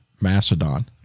Macedon